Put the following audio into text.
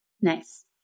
Nice